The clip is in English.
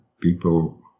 people